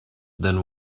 than